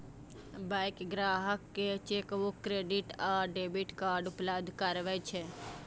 bank ग्राहक कें chequebook, credit आ डेबिट कार्ड उपलब्ध करबै छै